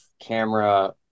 camera